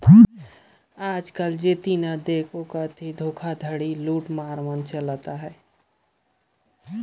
आएज काएल जेन कती देखबे अब्बड़ धोखाघड़ी, लूट खसोट चलत अहे